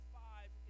five